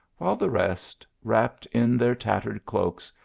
while the rest, wrapped in their tattered cloaks,